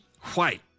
White